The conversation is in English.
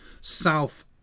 south